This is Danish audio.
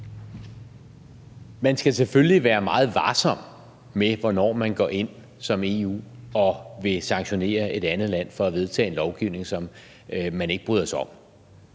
Man skal selvfølgelig være meget varsom med, hvornår man går ind som EU og vil sanktionere et andet land for at vedtage en lovgivning, som man ikke bryder sig om.